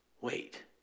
wait